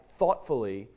thoughtfully